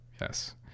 yes